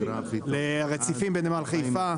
לרציפים בנמל חיפה,